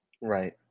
Right